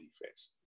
defense